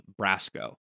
Brasco